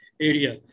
area